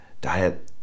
diet